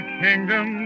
kingdom